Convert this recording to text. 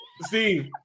Steve